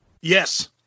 Yes